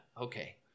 okay